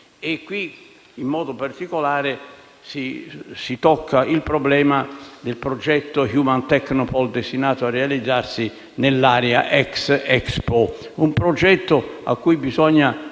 oggi, in modo particolare, si tocca il problema del progetto Human Technopole, destinato a realizzarsi nell'area ex Expo. Si tratta di un progetto cui bisogna